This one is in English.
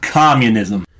communism